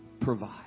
provide